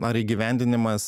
ar įgyvendinimas